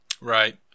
Right